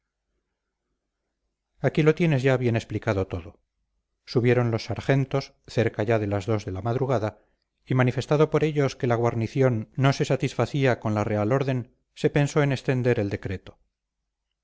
aquí lo tienes ya bien explicado todo subieron los sargentos cerca ya de las dos de la madrugada y manifestado por ellos que la guarnición no se satisfacía con la real orden se pensó en extender el decreto